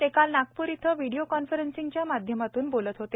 ते काल नागपूर इथं व्हडिओ कॉन्फरंसिंगच्या माध्यमातून बोलत होते